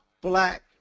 black